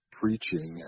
preaching